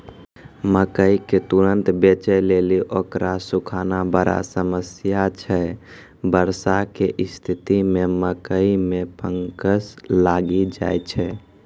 मकई के तुरन्त बेचे लेली उकरा सुखाना बड़ा समस्या छैय वर्षा के स्तिथि मे मकई मे फंगस लागि जाय छैय?